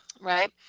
right